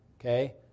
okay